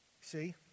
See